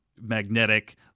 magnetic